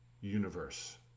universe